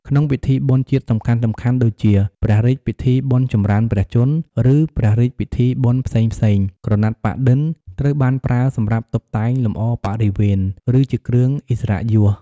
ក្នុងពិធីបុណ្យជាតិសំខាន់ៗដូចជា ព្រះរាជពិធីបុណ្យចម្រើនព្រះជន្ម ឬព្រះរាជពិធីបុណ្យផ្សេងៗ ក្រណាត់ប៉ាក់-ឌិន ត្រូវបានប្រើសម្រាប់តុបតែងលម្អបរិវេណ ឬជាគ្រឿងឥស្សរិយយស។